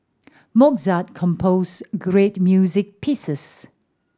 Mozart composed great music pieces